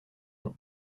nom